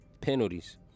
penalties